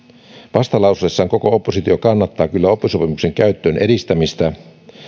vastalauseessaan koko oppositio kannattaa kyllä oppisopimuksen käytön edistämistä